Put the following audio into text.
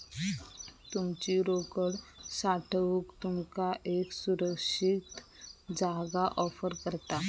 तुमची रोकड साठवूक तुमका एक सुरक्षित जागा ऑफर करता